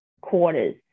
quarters